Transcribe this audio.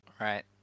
Right